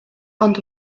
ond